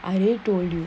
I need to lose